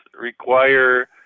require